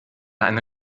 eine